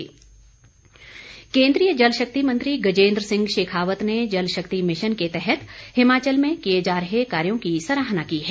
जल शक्ति केंद्रीय जलशक्ति मंत्री गजेंद्र सिंह शेखावत ने जल शक्ति मिशन के तहत हिमाचल में किए जा रहे कार्यो की सराहना की है